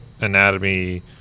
anatomy